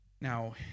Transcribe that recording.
Now